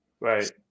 Right